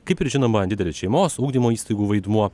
kaip ir žinoma didelis šeimos ugdymo įstaigų vaidmuo